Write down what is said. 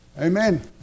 Amen